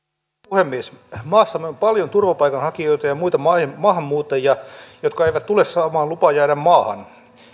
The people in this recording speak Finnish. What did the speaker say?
puhemies maassamme on paljon turvapaikanhakijoita ja muita maahanmuuttajia jotka eivät tule saamaan lupaa jäädä maahan